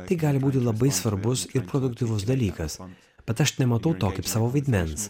tai gali būti labai svarbus ir produktyvus dalykas bet aš nematau to kaip savo vaidmens